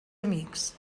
amics